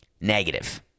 Negative